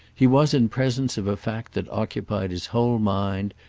he was in presence of a fact that occupied his whole mind,